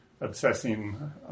obsessing